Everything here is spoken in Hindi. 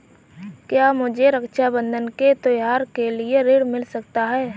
क्या मुझे रक्षाबंधन के त्योहार के लिए ऋण मिल सकता है?